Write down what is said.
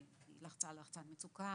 היא לחצה על לחצן מצוקה,